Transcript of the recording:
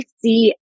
see